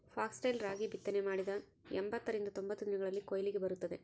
foxtail ರಾಗಿ ಬಿತ್ತನೆ ಮಾಡಿದ ಎಂಬತ್ತರಿಂದ ತೊಂಬತ್ತು ದಿನಗಳಲ್ಲಿ ಕೊಯ್ಲಿಗೆ ಬರುತ್ತದೆ